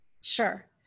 Sure